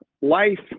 Life